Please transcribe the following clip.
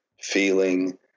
feeling